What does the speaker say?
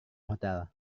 hotel